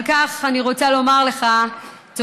על כך אני רוצה לומר לך תודה,